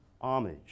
homage